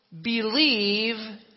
believe